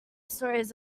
stories